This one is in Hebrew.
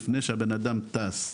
לפני שהבנאדם טס.